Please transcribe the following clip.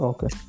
Okay